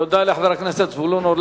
תודה רבה לחבר הכנסת אורלב.